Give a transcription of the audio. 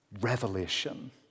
revelation